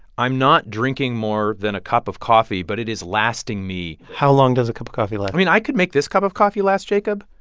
i'm not drinking more than a cup of coffee, coffee, but it is lasting me how long does a cup of coffee last? i mean, i could make this cup of coffee last, jacob,